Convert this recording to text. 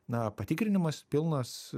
na patikrinimas pilnas